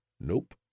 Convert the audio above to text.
Nope